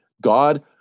God